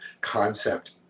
concept